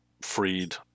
freed